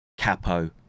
capo